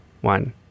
one